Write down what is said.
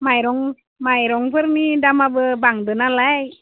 माइरं माइरंफोरनि दामाबो बांदो नालाय